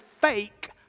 fake